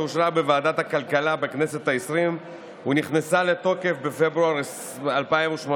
שאושרה בוועדת הכלכלה בכנסת העשרים ונכנסה לתוקף בפברואר 2018,